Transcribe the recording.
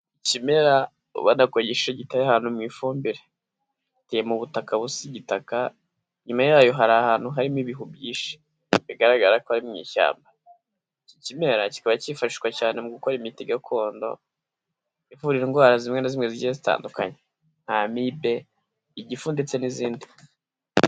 Ikimera ubona ko giteye ahantu mu ifumbire, giteye mu butaka busa igitaka, inyuma yayo hari ahantu harimo ibihu byinshi bigaragara ko ari mu ishyamba, iki kimera kikaba cyifashishwa cyane mu gukora imiti gakondo ivura indwara zimwe na zimwe zigiye zitandukanye nka: amibe, igifu ndetse n'izindi.